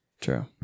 True